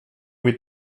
mit